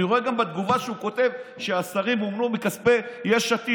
אני רואה גם בתגובה שהוא כותב שהשרים מומנו מכספי יש עתיד.